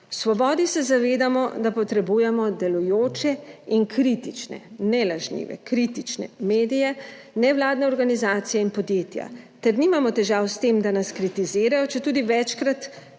V Svobodi se zavedamo, da potrebujemo delujoče in kritične, ne lažnive, kritične medije, nevladne organizacije in podjetja ter nimamo težav s tem, da nas kritizirajo, četudi večkrat